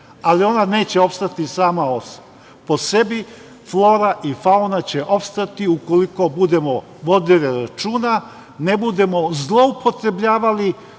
Ali, ona neće opstati sama po sebi. Flora i fauna će opstati ukoliko budemo vodili računa, ne budemo zloupotrebljavali,